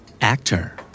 Actor